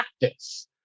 practice